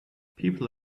people